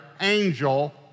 angel